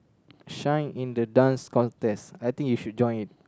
shine in the Dance Contest I think you should join it